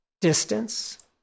distance